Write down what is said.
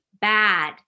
bad